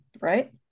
Right